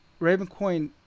Ravencoin